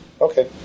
okay